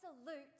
Absolute